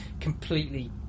completely